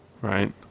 right